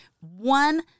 one